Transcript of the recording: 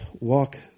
walk